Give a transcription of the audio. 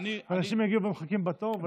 אנשים הגיעו, הם מחכים בתור.